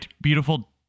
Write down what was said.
beautiful